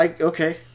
Okay